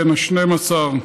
בן 12,